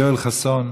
יואל חסון,